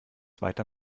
weiter